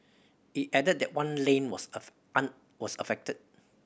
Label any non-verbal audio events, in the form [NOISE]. it added that one lane was [UNINTELLIGIBLE] an was affected